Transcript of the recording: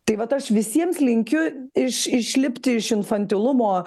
tai vat aš visiems linkiu iš išlipti iš infantilumo